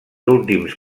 últims